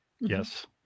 Yes